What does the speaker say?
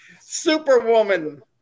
Superwoman